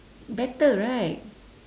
better right